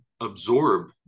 absorb